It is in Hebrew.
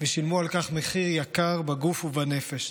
ושילמו על כך מחיר יקר בגוף ובנפש.